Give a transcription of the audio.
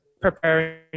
preparing